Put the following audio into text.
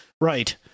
Right